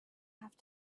have